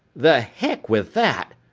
the heck with that,